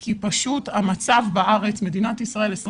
כי פשוט המצב בארץ מדינת ישראל 2020